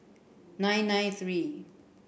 nine nine three